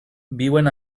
viuen